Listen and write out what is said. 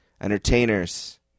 entertainers